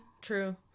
True